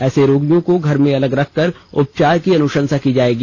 ऐसे रोगियों को घर में अलग रखकर उपचार की अनुशंसा की जाएगी